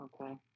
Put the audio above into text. Okay